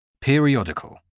periodical